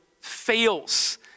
fails